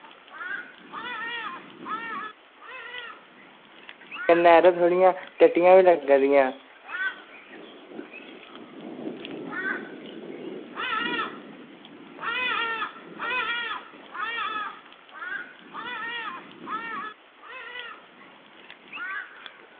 कन्नै यरो थोह्ड़ियां टट्टियां बी लग्गा दियां